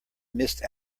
missed